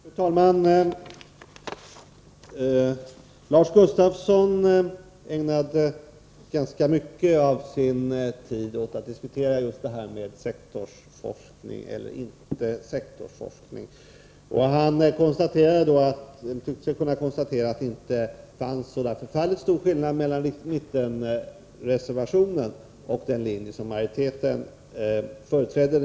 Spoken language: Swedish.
Fru talman! Lars Gustafsson ägnade ganska mycket av sin tid åt att diskutera just sektorsforskning eller inte sektorsforskning. Han tyckte sig kunna konstatera att det inte fanns så där förfärligt stor skillnad mellan mittenreservationen och den linje som majoriteten företräder.